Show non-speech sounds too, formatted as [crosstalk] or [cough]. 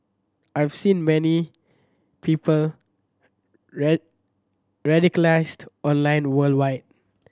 I've seen many people [unintelligible] radicalised online worldwide